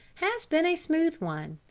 has been a smooth one.